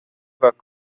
muoveva